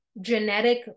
genetic